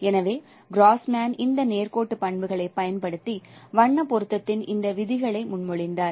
எனவே கிராஸ்மேன் இந்த நேர்கோட்டு பண்புகளைப் பயன்படுத்தி வண்ண பொருத்தத்தின் இந்த விதிகளை முன்மொழிந்தார்